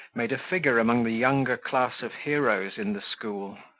made a figure among the younger class of heroes in the school.